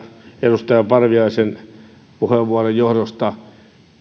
edustaja parviaisen puheenvuoron johdosta